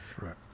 Right